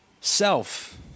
self